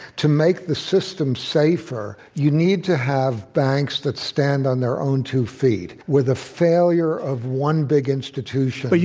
to make the system safer you need to have banks that stand on their own two feet, with a failure of one big institution. but